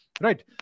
Right